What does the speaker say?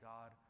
God